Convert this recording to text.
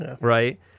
right